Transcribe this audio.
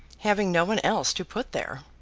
having no one else to put there,